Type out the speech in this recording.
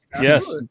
Yes